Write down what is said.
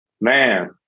Man